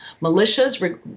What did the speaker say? Militias